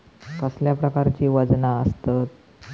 कसल्या प्रकारची वजना आसतत?